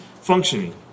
functioning